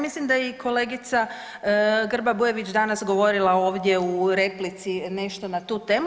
Mislim da je i kolegica Grba Bujević danas govorila ovdje u replici nešto na tu temu.